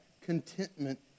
Contentment